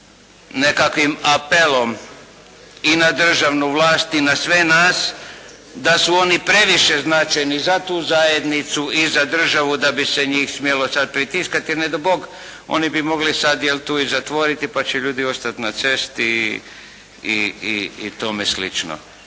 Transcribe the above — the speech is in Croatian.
nekakvim apelom i na državnu vlast i na sve nas da su oni previše značajni za tu zajednicu i za državu da bi se njih smjelo sada pritiskati jer ne dao Bog oni bi mogli sada jel' tu i zatvoriti pa će ljudi ostati na cesti i tome sl.